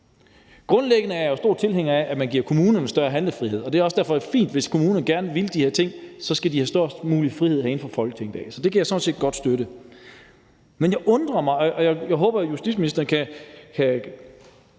Grundlæggende er jeg stor tilhænger af, at man giver kommunerne større handlefrihed, og det er derfor også fint, hvis kommunerne gerne vil de her ting, og så skal de have størst mulig frihed til det herinde fra Folketingets side af. Så det kan jeg sådan set godt støtte. Men jeg undrer mig over noget. Jeg håber, at justitsministeren kan